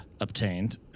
obtained